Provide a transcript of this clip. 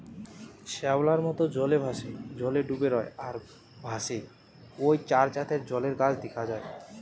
শ্যাওলার মত, জলে ভাসে, জলে ডুবি রয় আর ভাসে ঔ চার জাতের জলের গাছ দিখা যায়